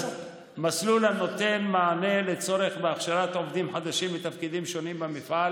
מסלול הנותן מענה לצורך בהכשרת עובדים חדשים לתפקידים שונים במפעל